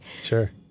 sure